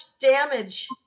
damage